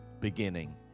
beginning